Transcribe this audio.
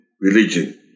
religion